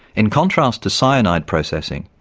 in contrast to cyanide processing,